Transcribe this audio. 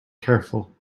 careful